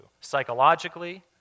psychologically